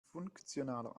funktionaler